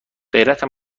غیرت